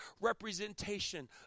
representation